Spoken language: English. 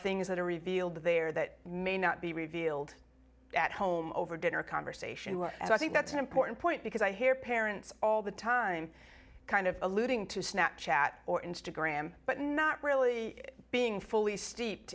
things that are revealed there that may not be revealed at home over dinner conversation and i think that's an important point because i hear parents all the time kind of alluding to snap chat or instagram but not really being fully steeped